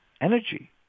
energy